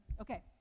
Okay